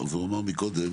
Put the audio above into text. הוא אמר מקודם.